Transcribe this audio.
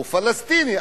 הוא פלסטיני,